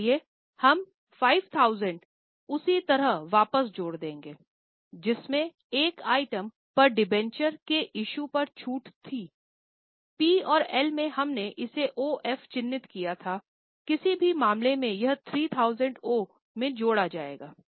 इसलिए हम 5000 उसी तरह वापस जोड़ देंगे जिसमें एक आइटम पर डिबेंचर के इशू पर छूट थी पी और एल में हमने इसे ओएफ चिह्नित किया था किसी भी मामले में यह 3000 ओ में जोड़ा जाएगा